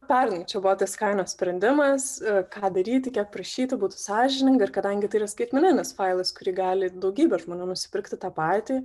pernai čia buvo tas kainos sprendimas ką daryti kiek prašyti būtų sąžininga ir kadangi tai yra skaitmeninis failas kurį gali daugybė žmonių nusipirkti tą patį